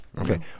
Okay